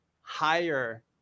higher